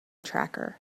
tracker